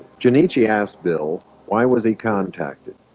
junichi asked bill why were they contacted?